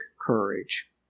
courage